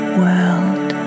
world